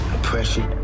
Oppression